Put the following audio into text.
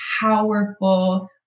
powerful